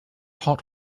hot